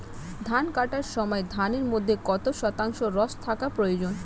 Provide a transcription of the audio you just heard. ধান কাটার সময় ধানের মধ্যে কত শতাংশ রস থাকা প্রয়োজন?